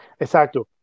Exacto